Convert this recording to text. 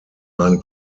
ein